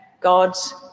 God's